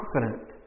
Confident